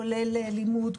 כולל לימוד,